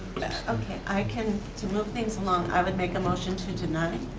okay, i can, to move things along, i would make a motion to deny.